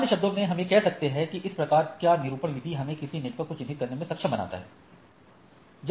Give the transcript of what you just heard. अन्य शब्दों में हम यह कह सकते हैं कि इस प्रकार का निरूपण विधि हमें किसी नेटवर्क को चिन्हित करने में सक्षम बनाता है